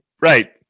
Right